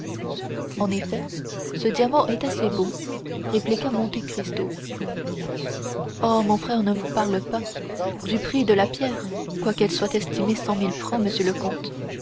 en effet ce diamant est assez beau répliqua monte cristo oh mon frère ne vous parle pas du prix de la pierre quoiqu'elle soit estimée cent mille francs monsieur le comte